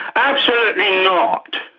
absolutely not.